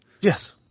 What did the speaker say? Yes